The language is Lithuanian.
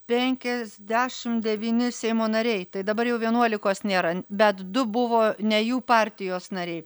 penkiasdešim devyni seimo nariai tai dabar jau vienuolikos nėra bet du buvo ne jų partijos nariai